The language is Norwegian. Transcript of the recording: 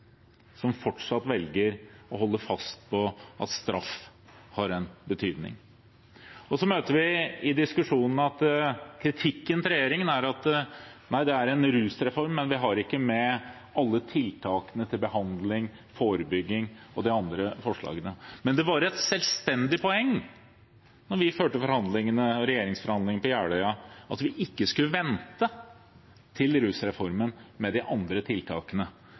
betydning. Kritikken av regjeringen vi møter i diskusjonen, er at det er en rusreform, men vi har ikke med alle tiltakene for behandling, forebygging og de andre forslagene. Men det var et selvstendig poeng da vi førte regjeringsforhandlingene på Jeløya, at vi ikke skulle vente til rusreformen med de andre tiltakene.